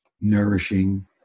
nourishing